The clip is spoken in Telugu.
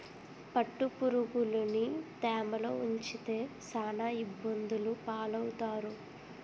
పట్టుపురుగులుని తేమలో ఉంచితే సాన ఇబ్బందులు పాలవుతారు